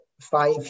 five